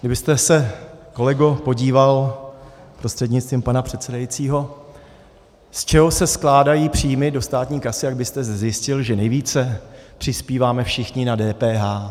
Kdybyste se, kolego, podíval prostřednictvím pana předsedajícího, z čeho se skládají příjmy do státní kasy, tak byste zjistil, že nejvíce přispíváme všichni na DPH.